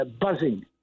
buzzing